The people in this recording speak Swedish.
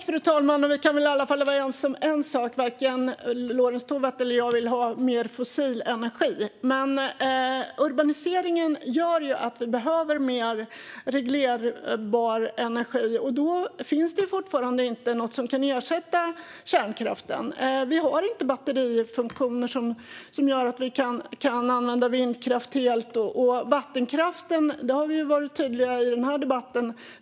Fru talman! Vi kan väl i alla fall vara ense om en sak. Varken Lorentz Tovatt eller jag vill ha mer fossil energi. Men urbaniseringen gör att vi behöver mer reglerbar energi, och då finns det fortfarande inte något som kan ersätta kärnkraften. Vi har inte batterifunktioner som gör att vi kan använda vindkraften helt. Och när det gäller vattenkraften har vi varit tydliga i denna debatt.